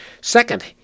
Second